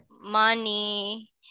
money